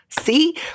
See